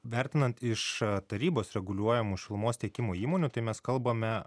vertinant iš tarybos reguliuojamų šilumos tiekimo įmonių tai mes kalbame